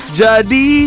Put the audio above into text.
jadi